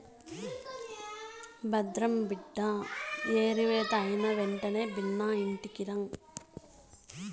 భద్రం బిడ్డా ఏరివేత అయినెంటనే బిన్నా ఇంటికిరా